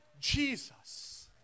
Jesus